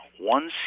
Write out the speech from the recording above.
one